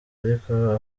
ariko